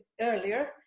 earlier